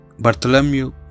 Bartholomew